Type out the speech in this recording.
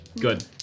Good